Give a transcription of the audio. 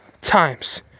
times